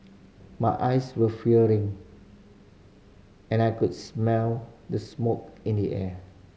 my eyes were fearing and I could smell the smoke in the air